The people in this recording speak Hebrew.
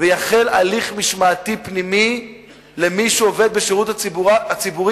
ויחל הליך משמעתי פנימי למי שעובד בשירות הציבורי